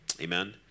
Amen